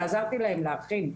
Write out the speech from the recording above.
ועזרתי להם להכין.